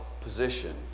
position